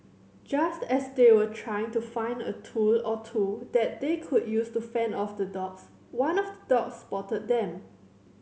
just as they were trying to find a tool or two that they could use to fend off the dogs one of the dogs spotted them